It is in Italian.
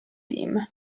team